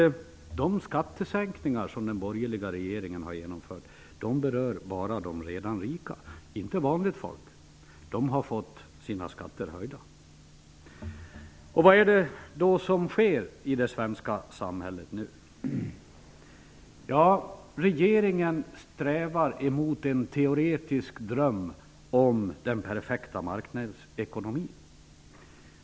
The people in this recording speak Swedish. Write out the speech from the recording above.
De skattesänkningar som den borgerliga regeringen har genomfört berör nämligen bara de redan rika -- inte vanliga människor, för de har fått sina skatter höjda. Vad är det då som sker i det svenska samhället? Ja, regeringen strävar mot en teoretisk dröm om den perfekta marknadsekonomin.